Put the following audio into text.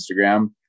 Instagram